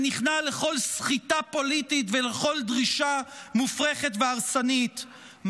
שנכנע לכל סחיטה פוליטית ולכל דרישה מופרכת והרסנית,